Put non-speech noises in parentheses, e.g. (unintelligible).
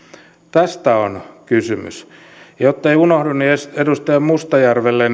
tästä on kysymys ja jottei unohdu niin edustaja mustajärvelle (unintelligible)